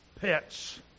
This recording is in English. pets